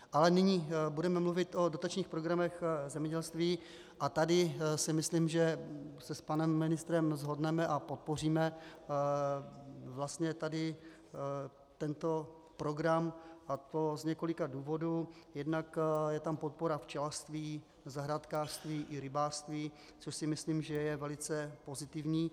Ale nyní budeme mluvit o dotačních programech zemědělství a tady si myslím, že se s panem ministrem shodneme a podpoříme vlastně tady tento program, a to z několika důvodů: jednak je tam podpora včelařství, zahrádkářství i rybářství, což si myslím, že je velice pozitivní.